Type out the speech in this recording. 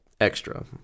extra